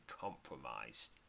compromised